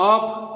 off